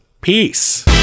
Peace